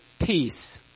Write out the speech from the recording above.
peace